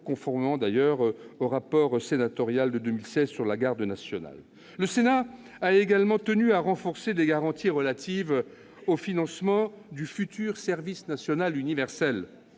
conformément au rapport sénatorial de 2016 sur la Garde nationale. Le Sénat a également tenu à renforcer les garanties relatives au financement du futur service national universel,